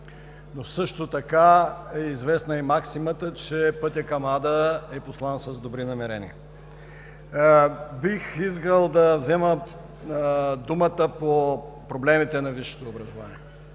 но също така е известна и максимата, че пътят към ада е постлан с добри намерения. Бих искал да взема думата по проблемите на висшето образование